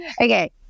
Okay